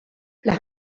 las